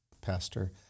pastor